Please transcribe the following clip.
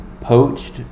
poached